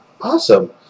Awesome